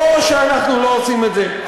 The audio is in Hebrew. או שאנחנו לא עושים את זה,